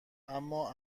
اما